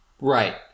Right